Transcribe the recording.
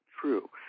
true